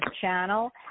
channel